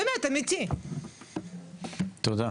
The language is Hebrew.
תודה,